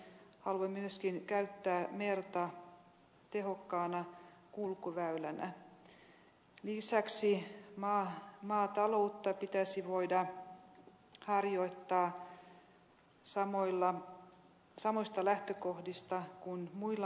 de alternativa bränsleformerna är inte utvecklade investeringskonstnaderna är orimliga nyttan är inte särskilt stor